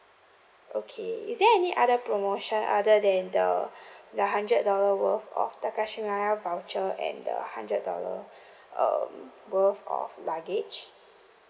okay is there any other promotion other than the the hundred dollar worth of takashimaya voucher and the hundred dollar um worth of luggage